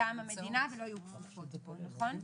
מטעם המדינה ולא יהיו כפופות לפה, נכון?